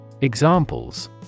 Examples